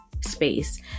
space